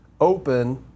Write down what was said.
open